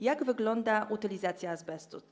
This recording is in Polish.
Jak wygląda utylizacja azbestu?